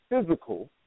Physical